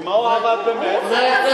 אבל אתה לא יכול,